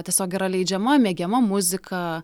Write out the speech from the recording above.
tiesiog yra leidžiama mėgiama muzika